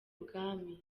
bwami